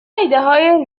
ایدههای